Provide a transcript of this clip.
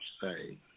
say